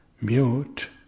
Mute